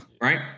Right